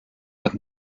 but